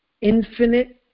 infinite